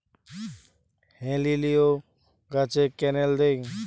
হেলিলিও গাছে ক্যানেল দেয়?